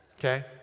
okay